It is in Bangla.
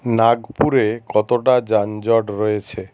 নাগপুরে কতটা যানজট রয়েছে